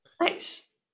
Nice